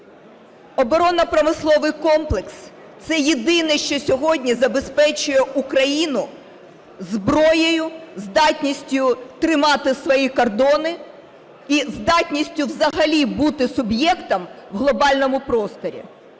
Оборонно-промисловий комплекс – це єдине, що сьогодні забезпечує Україну зброєю, здатністю тримати свої кордони і здатністю взагалі бути суб'єктом у глобальному просторі.